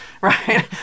right